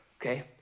Okay